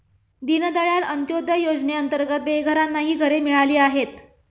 दीनदयाळ अंत्योदय योजनेअंतर्गत बेघरांनाही घरे मिळाली आहेत